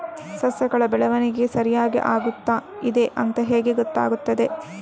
ಸಸ್ಯಗಳ ಬೆಳವಣಿಗೆ ಸರಿಯಾಗಿ ಆಗುತ್ತಾ ಇದೆ ಅಂತ ಹೇಗೆ ಗೊತ್ತಾಗುತ್ತದೆ?